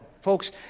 Folks